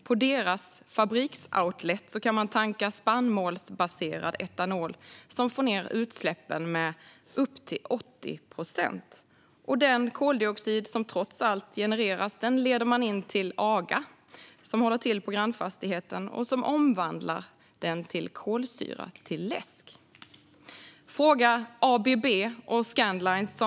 På deras fabriksoutlet kan man tanka spannmålsbaserad etanol som får ned utsläppen med upp till 80 procent. Den koldioxid som trots allt genereras leder man in till Aga, som håller till på grannfastigheten. Där omvandlas den till kolsyra till läsk. Fråga ABB och Scandlines!